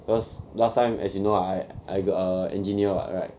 because last time as you know I I err engineer what right